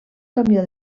camió